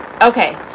Okay